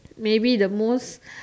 maybe the most